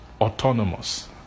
autonomous